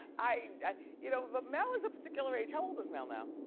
i mean you know but mel is a particular age. how old is mel now?